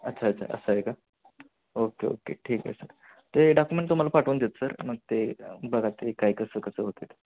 अच्छा अच्छा असं आहे का ओके ओके ठीक आहे सर ते डॉक्युमेंट तुम्हाला पाठवून देतो सर मग ते बघा ते काय कसं कसं होत आहे ते